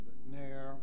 McNair